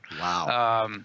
Wow